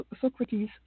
Socrates